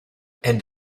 and